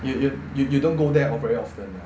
you you you you don't go there very often ah